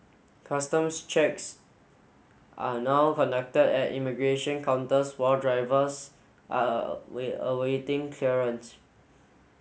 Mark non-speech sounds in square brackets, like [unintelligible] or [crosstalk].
customs checks are now conducted at immigration counters while drivers are [unintelligible] awaiting clearance